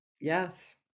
Yes